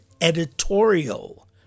editorial